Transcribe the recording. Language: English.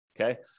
okay